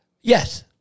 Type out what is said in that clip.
Yes